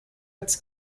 its